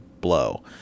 blow